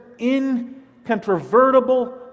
incontrovertible